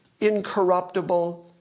incorruptible